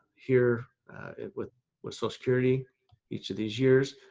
here with with so security each of these years.